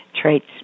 traits